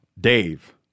Dave